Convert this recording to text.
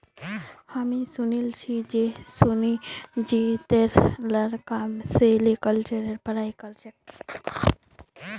हामी सुनिल छि जे सुजीतेर लड़का सेरीकल्चरेर पढ़ाई कर छेक